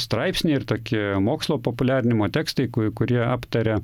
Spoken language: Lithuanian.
straipsniai ir tokie mokslo populiarinimo tekstai ku kurie aptaria